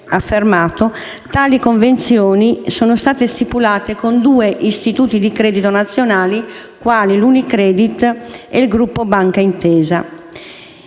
affermato - tali convenzioni sono state stipulate con due istituti di credito nazionale, quali Unicredit e gruppo Banca Intesa.